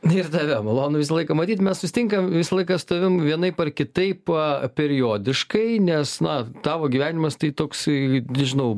na ir tave malonu visą laiką matyt mes susitinkam visą laiką su tavim vienaip ar kitaip a periodiškai nes na tavo gyvenimas tai toksai nežinau